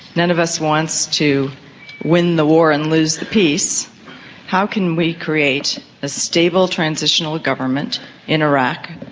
none of us wants to win the war and lose the peace how can we create a stable transitional government in iraq,